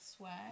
Swag